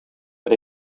but